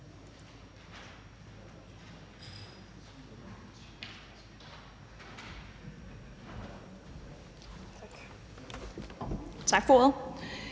Tak for det.